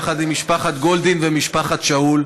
יחד עם משפחת גולדין ומשפחת שאול,